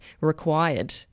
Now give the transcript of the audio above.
required